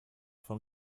von